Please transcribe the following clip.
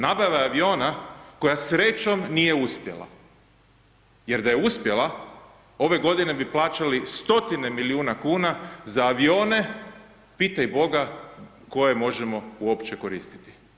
Nabava aviona koja srećom nije uspjela, jer da je uspjela ove godine bi plaćali stotine milijuna kuna za avione pitaj boga koje možemo uopće koristiti.